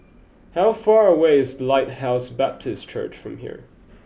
how far away is Lighthouse Baptist Church from here